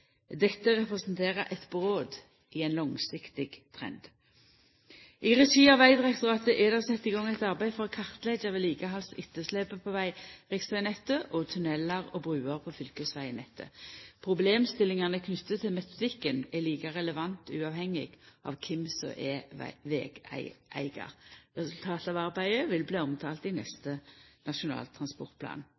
Dette representerer eit brot i ein langsiktig trend. I regi av Vegdirektoratet er det sett i gang eit arbeid for å kartleggja vedlikehald og etterslep på riksvegnettet og tunnelar og bruer på fylkesvegnettet. Problemstillingane knytte til metodikken er like relevante uavhengig av kven som er vegeigar. Resultatet av arbeidet vil bli omtalt i neste Nasjonal transportplan.